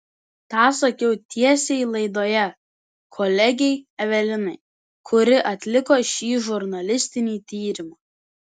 tą sakiau tiesiai laidoje kolegei evelinai kuri atliko šį žurnalistinį tyrimą